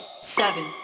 seven